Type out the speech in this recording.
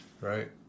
right